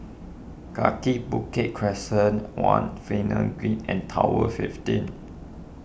Kaki Bukit Crescent one Finlay Green and Tower fifteen